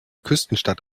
küstenstadt